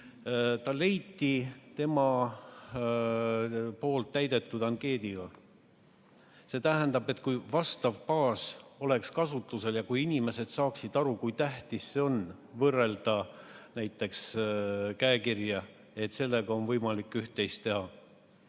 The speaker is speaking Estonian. Ta leiti tema täidetud ankeedi põhjal. See tähendab, et kui vastav baas oleks kasutusel ja kui inimesed saaksid aru, kui tähtis see on, et võrrelda näiteks käekirja, et sellega on võimalik üht-teist teha,